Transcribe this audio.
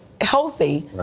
healthy